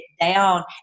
down